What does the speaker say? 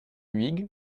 huyghe